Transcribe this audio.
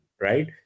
right